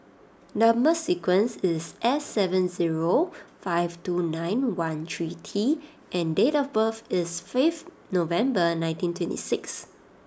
number sequence is S seven zero five two nine one three T and date of birth is fifth November nineteen twenty six